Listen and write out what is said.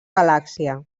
galàxia